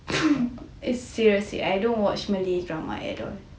seriously I dont watch malay drama at all